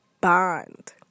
Bond